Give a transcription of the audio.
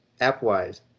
app-wise